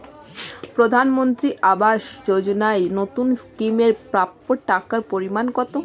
প্রধানমন্ত্রী আবাস যোজনায় নতুন স্কিম এর প্রাপ্য টাকার পরিমান কত?